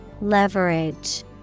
Leverage